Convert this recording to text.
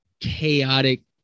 chaotic